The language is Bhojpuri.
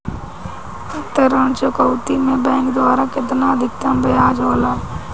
ऋण चुकौती में बैंक द्वारा केतना अधीक्तम ब्याज होला?